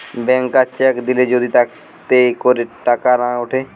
ব্যাংকার cheque দিলে যদি তাতে করে টাকা না উঠে